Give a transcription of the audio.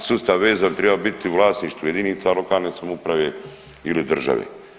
A sustav vezan treba biti u vlasništvu jedinica lokalne samouprave ili države.